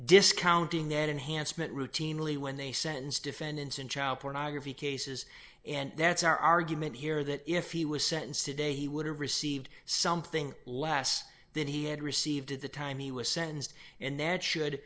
discounting that enhancement routinely when they sentence defendants in child pornography cases and that's our argument here that if he was sentenced today he would have received something less than he had received at the time he was sentenced and that should